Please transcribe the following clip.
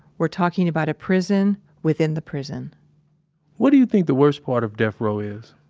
we're talking about a prison within the prison what do you think the worst part of death row is?